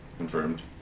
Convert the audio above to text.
Confirmed